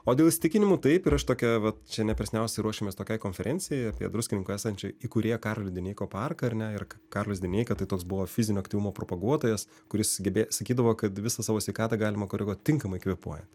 o dėl įsitikinimų taip ir aš tokia vat čia neperseniausiai ruošėmės tokiai konferencijai apie druskininkų esančio įkūrėją karolį dineiko parką ar ne ir karolis dineika tai toks buvo fizinio aktyvumo propaguotojas kuris gebės sakydavo kad visą savo sveikatą galima koreguoti tinkamai kvėpuojant